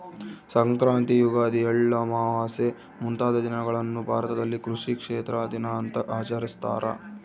ಸಂಕ್ರಾಂತಿ ಯುಗಾದಿ ಎಳ್ಳಮಾವಾಸೆ ಮುಂತಾದ ದಿನಗಳನ್ನು ಭಾರತದಲ್ಲಿ ಕೃಷಿ ಕ್ಷೇತ್ರ ದಿನ ಅಂತ ಆಚರಿಸ್ತಾರ